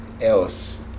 else